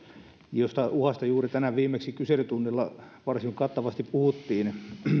jonka uhasta juuri tänään viimeksi kyselytunnilla varsin kattavasti puhuttiin